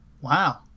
wow